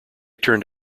turned